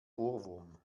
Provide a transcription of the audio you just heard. ohrwurm